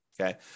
okay